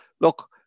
look